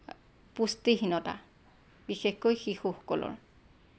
পুষ্টিহীনতা বিশেষকৈ শিশুসকলৰ